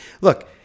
look